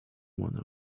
one